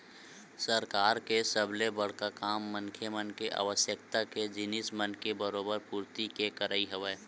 सरकार के सबले बड़का काम मनखे मन के आवश्यकता के जिनिस मन के बरोबर पूरति के करई हवय